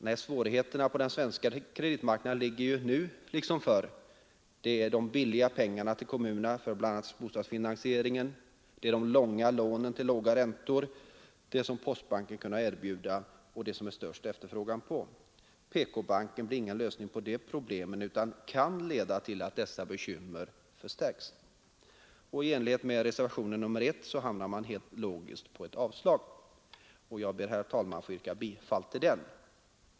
Nej, svårigheterna på den svenska kreditmarknaden ligger nu liksom förr i att få fram billiga pengar till kommunerna för bl.a. bostadsfinansiering. Det gäller de långa lånen till låga räntor, det som postbanken kunnat erbjuda och som det är störst efterfrågan på. PK-banken blir ingen lösning på dessa problem utan kan leda till att bekymren förstärks. I enlighet med reservationen 1 hamnar man helt logiskt på ett avslag. Jag ber, herr talman, att få yrka bifall till reservationen 1.